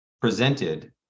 presented